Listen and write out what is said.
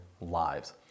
lives